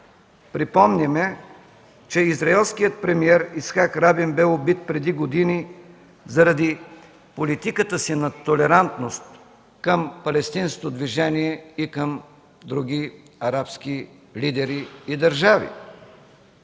Припомняме, че израелският премиер Ицхак Рабин бе убит преди години заради политиката си на толерантност към палестинското движение и към други арабски лидери и държави.